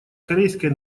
корейской